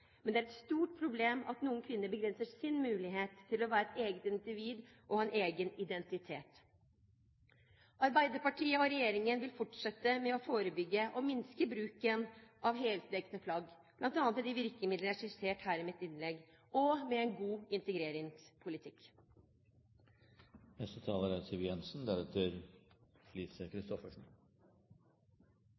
men det er et stort problem at noen kvinner begrenser sin mulighet til å være et eget individ og ha en egen identitet. Arbeiderpartiet og regjeringen vil fortsette med å forebygge og minske bruken av heldekkende plagg, bl.a. med de virkemidler jeg har skissert her i mitt innlegg, og med en god